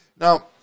Now